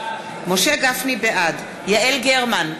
בעד יעל גרמן,